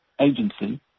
agency